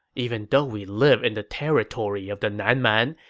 even though we live in the territory of the nan man,